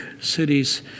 cities